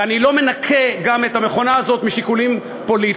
ואני לא מנקה את המכונה הזאת גם משיקולים פוליטיים,